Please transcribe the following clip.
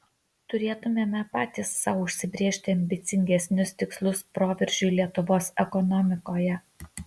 turėtumėme patys sau užsibrėžti ambicingesnius tikslus proveržiui lietuvos ekonomikoje